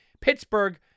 Pittsburgh